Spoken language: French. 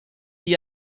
l’y